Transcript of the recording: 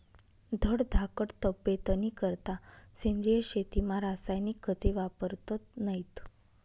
धडधाकट तब्येतनीकरता सेंद्रिय शेतीमा रासायनिक खते वापरतत नैत